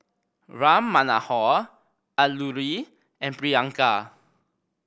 Ram Manohar Alluri and Priyanka